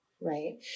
right